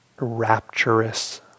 rapturous